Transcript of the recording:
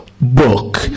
book